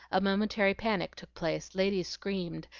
a momentary panic took place ladies screamed,